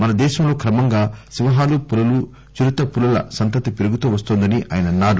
మన దేశంలో క్రమంగా సింహాలు పులులు చిరుత పులుల సంతతి పెరుగుతూ వస్తోందని ఆయన అన్నారు